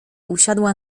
usiadła